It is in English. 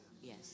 Yes